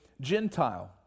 gentile